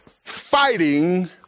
fighting